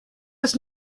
was